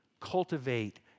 cultivate